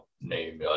name